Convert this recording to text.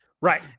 Right